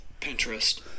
Pinterest